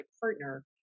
partner